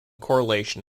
correlation